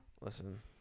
Listen